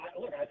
look